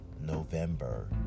November